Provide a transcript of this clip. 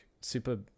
super